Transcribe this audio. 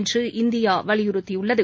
என்று இந்தியா வலயுறுத்தியுள்ளது